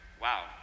wow